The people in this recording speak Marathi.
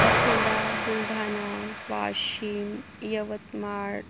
अकोला बुलढाणा वाशीम यवतमाळ